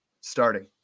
starting